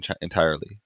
entirely